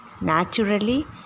Naturally